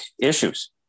issues